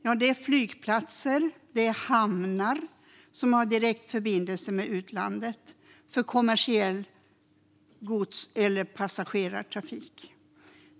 Jo, flygplatser och hamnar som har direkt förbindelse med utlandet för kommersiell gods eller passagerartrafik.